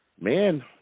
man